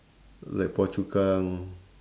like phua chu kang